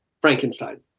Frankenstein